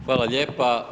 Hvala lijepa.